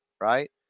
right